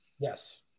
yes